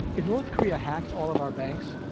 if north korea hacks all of our banks,